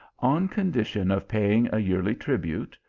on condition of paying a yearly tribute,